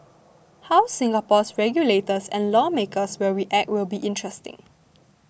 how Singapore's regulators and lawmakers will react will be interesting